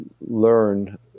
learn